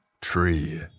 Tree